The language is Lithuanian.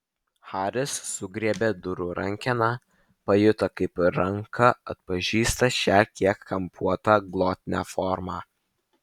haris sugriebė durų rankeną pajuto kaip ranka atpažįsta šią kiek kampuotą glotnią formą